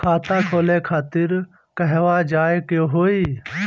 खाता खोले खातिर कहवा जाए के होइ?